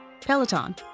Peloton